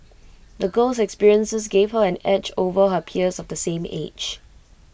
the girl's experiences gave her an edge over her peers of the same age